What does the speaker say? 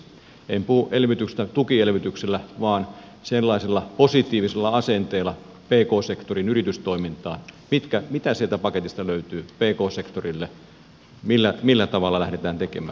en puhu nyt tukielvytyksistä vaan sellaisesta positiivisesta asenteesta pk sektorin yritystoimintaan mitä sieltä paketista löytyy pk sektorille millä tavalla lähdetään tekemään